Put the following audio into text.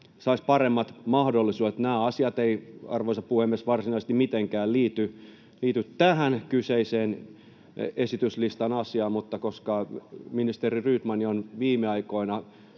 saisi paremmat mahdollisuudet. — Nämä asiat eivät, arvoisa puhemies, varsinaisesti mitenkään liity tähän kyseiseen esityslistan asiaan, mutta koska ministeri Rydmania viime aikoina